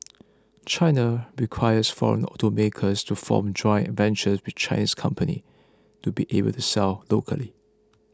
China requires foreign automakers to form joint ventures with Chinese companies to be able to sell locally